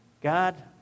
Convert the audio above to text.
God